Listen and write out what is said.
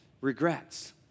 regrets